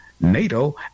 NATO